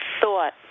thought